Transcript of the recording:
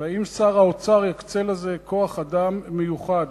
והאם שר האוצר יקצה לזה כוח-אדם מיוחד,